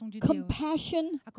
Compassion